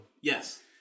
Yes